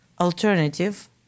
Alternative